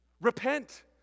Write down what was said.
Repent